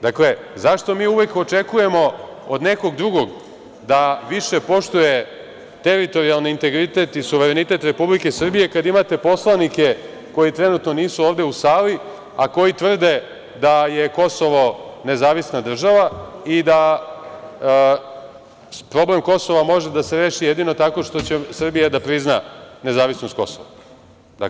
Dakle, zašto mi uvek očekujemo od nekog drugog da više poštuje teritorijalni integritet i suverenitet Republike Srbije kad imate poslanike koji trenutno nisu ovde u sali, a koji tvrde da je Kosovo nezavisna država i da problem Kosova može da se reši jedino tako što će Srbija da prizna nezavisnost Kosova?